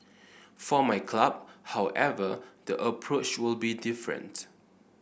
for my club however the approach will be different